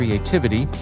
creativity